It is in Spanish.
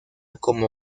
como